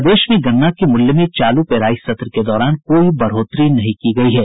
प्रदेश में गन्ना के मूल्य में चालू पेराई सत्र के दौरान कोई बढ़ोत्तरी नहीं की गयी है